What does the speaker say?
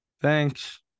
Thanks